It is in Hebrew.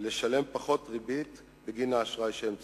לשלם פחות ריבית בגין האשראי שהם צורכים.